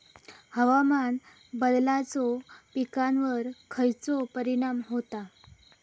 हवामान बदलाचो पिकावर खयचो परिणाम होता?